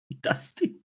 Dusty